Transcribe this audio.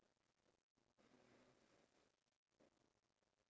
not saying that I'm not as comfortable but